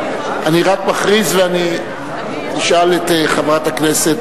ההצעה להעביר את הנושא לוועדת הכלכלה נתקבלה.